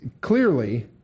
clearly